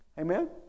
Amen